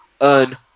earn